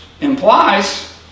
implies